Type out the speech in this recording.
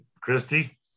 Christy